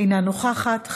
אינה נוכחת,